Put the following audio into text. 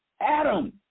Adam